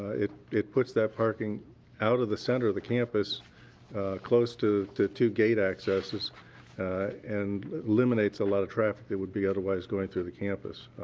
it it puts that parking out of the center of the campus close to to two gate accesses and eliminates a lot of traffic that would be otherwise going through the campus.